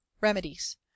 remedies